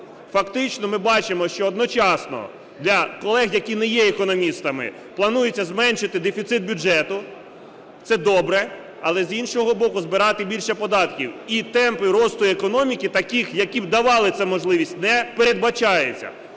Фактично ми бачимо, що одночасно (для колег, які не є економістами) планується зменшити дефіцит бюджету - це добре, але, з іншого боку, збирати більше податків. І темпи росту економіки такі, які б давали цю можливість, не передбачається.